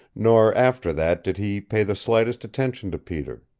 nor after that did he pay the slightest attention to peter.